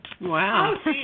Wow